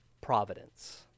providence